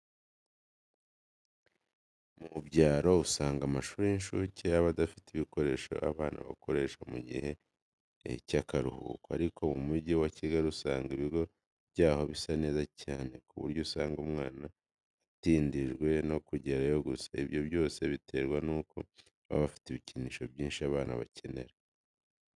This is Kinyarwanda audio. Mu byaro usanga amashuri y'incuke aba adafite ibikoresho abana bakoresha mu gihe cy'akaruhuko, ariko mu mugi wa Kigali usanga ibigo byaho bisa neza cyane, ku buryo usanga umwana atindijwe no kugerayo gusa. Ibyo byose biterwa n'uko baba bafite ibikinisho byinshi abana bakenera.